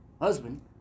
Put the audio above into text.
husband